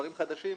דברים חדשים,